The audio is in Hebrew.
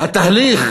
התהליך